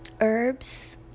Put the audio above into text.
Herbs